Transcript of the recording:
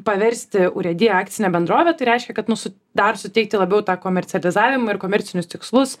paversti urėdiją akcine bendrove tai reiškia kad nu dar suteikti labiau tą komercializavimą ir komercinius tikslus